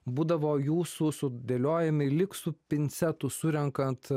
būdavo jūsų sudėliojami lyg su pincetu surenkant